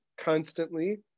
constantly